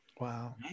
Wow